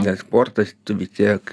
nes sportas tu vis tiek